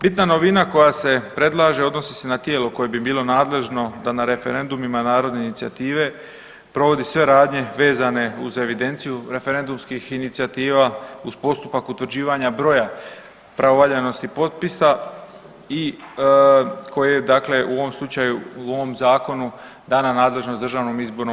Bitna novina koja se predlaže, odnosi se na tijelo koje bi bilo nadležno da na referendumima narodne inicijative provodi sve radnje vezane uz evidenciju referendumskih inicijativa uz postupak utvrđivanja broja pravovaljanosti potpisa i koje dakle u ovom slučaju, u ovom Zakonu dana nadležnost DIP-u.